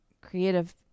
creative